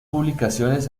publicaciones